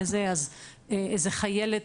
איזה חיילת,